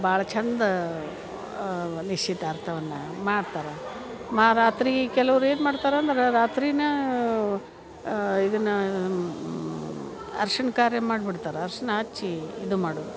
ಭಾಳ ಚಂದ ನಿಶ್ಚಿತಾರ್ಥವನ್ನ ಮಾಡ್ತಾರೆ ಮಾ ರಾತ್ರಿ ಕೆಲವ್ರ್ ಏನು ಮಾಡ್ತಾರೆ ಅಂದ್ರೆ ರಾತ್ರಿನ ಇದನ್ನು ಅರ್ಶಿನ ಕಾರ್ಯ ಮಾಡ್ಬಿಡ್ತಾರೆ ಅರ್ಶಿನ ಹಚ್ಚಿ ಇದು ಮಾಡುದು